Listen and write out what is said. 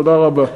תודה רבה.